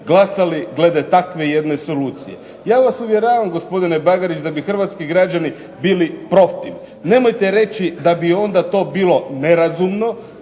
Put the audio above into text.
glasali glede takve jedne solucije? Ja vas uvjeravam gospodine Bagarić da bi hrvatski građani bili protiv. Nemojte reći da bi onda to bilo nerazumno